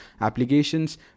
applications